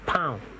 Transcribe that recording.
Pound